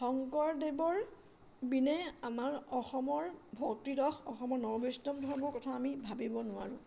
শংকৰদেৱৰ বিনে আমাৰ অসমৰ ভক্তিৰস অসমৰ নৱবৈষ্ণৱ ধৰ্মৰ কথা আমি ভাবিব নোৱাৰোঁ